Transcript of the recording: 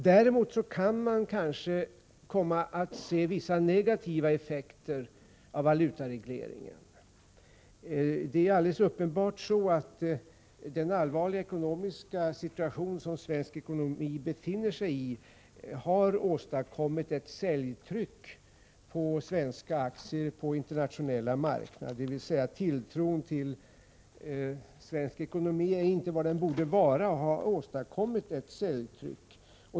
Däremot kan man kanske komma att se vissa negativa effekter av valutaregleringen. Det är alldeles uppenbart så att den allvarliga ekonomiska situation som svensk ekonomi befinner sig i har åstadkommit ett säljtryck på svenska aktier på den internationella marknaden, dvs. att tilltron till svensk ekonomi inte är vad den borde vara, vilket har åstadkommit ett säljtryck.